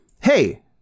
hey